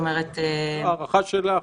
הערכה שלך?